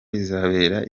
rizabera